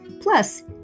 Plus